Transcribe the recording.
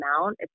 amount